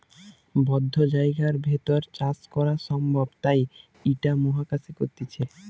বদ্ধ জায়গার ভেতর চাষ করা সম্ভব তাই ইটা মহাকাশে করতিছে